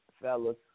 fellas